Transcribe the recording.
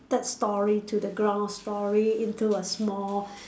third storey to the ground storey into a small